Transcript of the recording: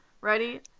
Ready